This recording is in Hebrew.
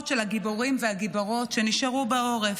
של הגיבורים והגיבורות שנשארו בעורף,